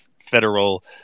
federal